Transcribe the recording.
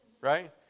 right